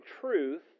truth